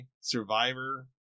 Survivor